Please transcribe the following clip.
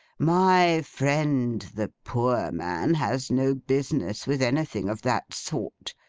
my friend the poor man, has no business with anything of that sort,